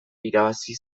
irabazi